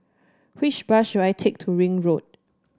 which bus should I take to Ring Road